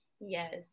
Yes